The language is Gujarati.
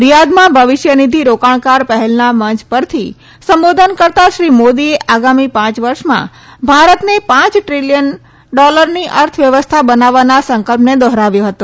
રિયાધમાં ભવિષ્યનિધિ રોકાણકાર પહેલના મંચ પરથી સંબોધન કરતા શ્રી મોદીએ આગામી પાંચ વર્ષોમાં ભારતને પાંચ દ્રિલિયન ડોલરની અર્થવ્યવસ્થા બનાવવાના સંકલ્પને દોહરાવ્યો હતો